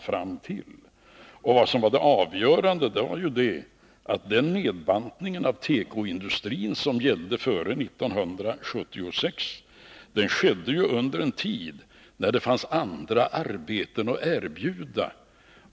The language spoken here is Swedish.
Det avgörande var ju att nedbantningen av tekoindustrin före 1976 skedde under en tid när det fanns andra arbeten att erbjuda.